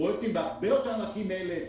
פרויקטים הרבה יותר ענקיים מאלה,